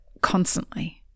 constantly